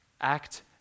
act